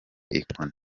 inkoni